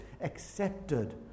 accepted